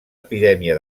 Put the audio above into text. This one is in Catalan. epidèmia